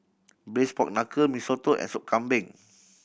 Braised Pork Knuckle Mee Soto and Sup Kambing